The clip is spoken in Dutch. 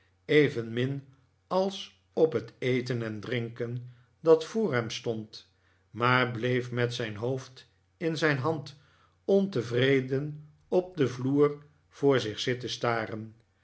evenmin als op het eten en drinken dat voor hem stond maar bleef met zijn hoofd in zijn hand ontevreden op den vloer voor zich zitten staren